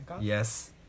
yes